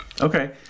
Okay